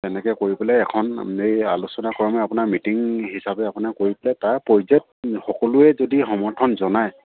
তেনেকে কৰি পেলাই এখন এই আলোচনা কৰ্মে আপোনাৰ মিটিং হিচাপে আপোনাৰ কৰি পেলাই তাৰ পৰ্যাপ্ত সকলোৱে যদি সমৰ্থন জনায়